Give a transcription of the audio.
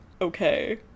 okay